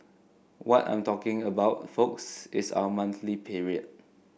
what I'm talking about folks is our monthly period